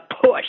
push